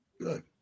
Good